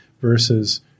Versus